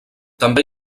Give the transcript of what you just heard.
també